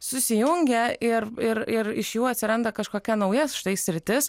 susijungia ir ir ir iš jų atsiranda kažkokia nauja štai sritis